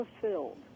fulfilled